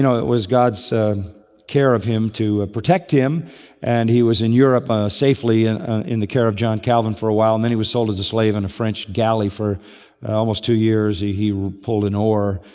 you know it was god's care of him to protect him and he was in europe ah safely and in the care of john calvin for a while, and then he was sold as a slave in a french galley for almost two years. he he pulled an oar